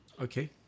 Okay